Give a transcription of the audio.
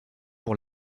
pour